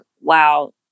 wow